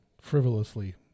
frivolously